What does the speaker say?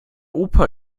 opa